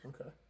okay